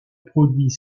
produit